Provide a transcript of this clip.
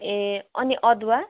ए अनि अदुवा